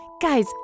Guys